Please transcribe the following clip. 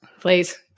Please